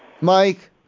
Mike